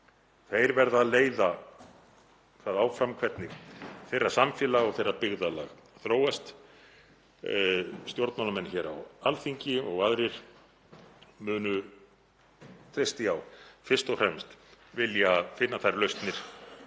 Þeir verða að leiða það áfram hvernig þeirra samfélag og þeirra byggðarlag þróast. Stjórnmálamenn hér á Alþingi og aðrir munu, treysti ég á, fyrst og fremst vilja finna þær lausnir